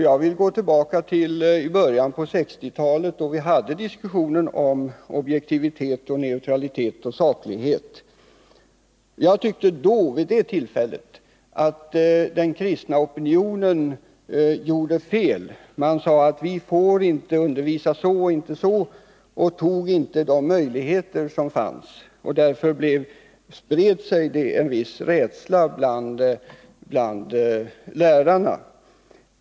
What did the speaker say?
Jag vill gå tillbaka till början av 1960-talet, då vi hade diskussionen om objektivitet, neutralitet och saklighet. Vid det tillfället tyckte jag att den kristna opinionen gjorde fel. Man sade att vi inte får undervisa så och så. De möjligheter som fanns tillvaratogs inte. Därför spred sig också en viss rädsla bland lärarna.